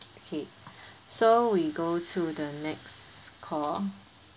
okay so we go to the next call